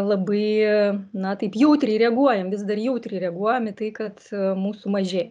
labai na taip jautriai reaguojam vis dar jautriai reaguojam į tai kad mūsų mažėja